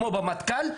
כמו במטכ"ל,